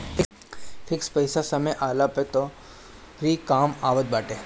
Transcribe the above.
fix पईसा समय आईला पअ तोहरी कामे आवत बाटे